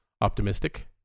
optimistic